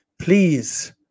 please